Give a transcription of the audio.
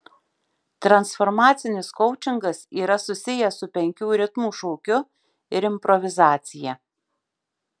transformacinis koučingas yra susijęs su penkių ritmų šokiu ir improvizacija